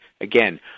again